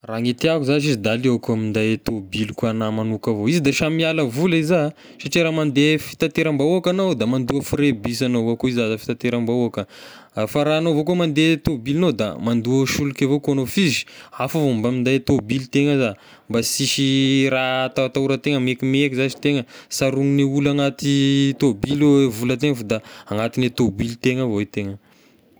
Raha gne tiako zashy izy da aleoko a minday tôbiliko anahy manoka avao, izy de samy miala vola izà satria raha mandeha fitanteram-bahoaka agnao da mandoa frais bus agnao avao ko iza zay fitanteram-bahoaka, a fa raha agnao avao ko mandeha tôbilognao da mandoa solika avao koa agnao f'izy hafa avao mba minday tôblitegna za, mba sisy raha atahotahotan-tegna maikimaiky zashy e tegna, sy haromin'ny olo anaty tôbilo e vola tegna fa da agnaty ny tôbilo tegna avao e tegna.